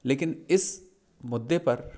लेकिन इस मुद्दे पर